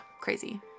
crazy